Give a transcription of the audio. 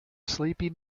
sleepy